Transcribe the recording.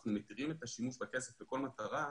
אנחנו מתירים את השימוש בכסף לכל מטרה,